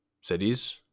cities